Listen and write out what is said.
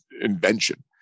invention